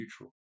neutral